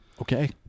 okay